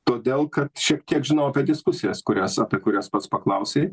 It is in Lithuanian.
todėl kad šiek tiek žinau apie diskusijas kurias apie kurias pats paklausei